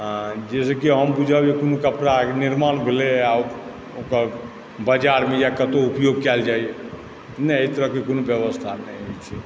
आओर जैसे कि हम पूजाके कोनो कपड़ाके निर्माण भेलैया ओकर बजारमे या कतौ उपयोग कयल जाइए नहि अहि तरहके कोनो व्यवस्था नहि होइ छै